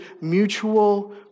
mutual